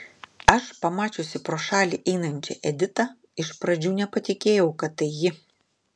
aš pamačiusi pro šalį einančią editą iš pradžių nepatikėjau kad tai ji